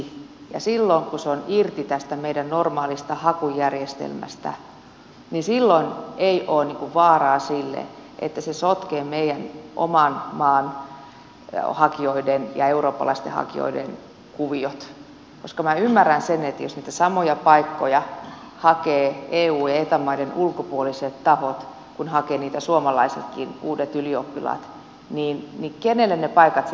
ja silloin kun se on irti tästä meidän normaalista hakujärjestelmästä niin silloin ei ole niin kuin sitä vaaraa että se sotkee meidän oman maan hakijoiden ja eurooppalaisten hakijoiden kuviot koska minä ymmärrän sen että jos eu ja eta maiden ulkopuoliset tahot hakevat niitä samoja paikkoja joita hakevat suomalaiset uudet ylioppilaat niin kenelle ne paikat sitten niin kuin jaetaan